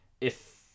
if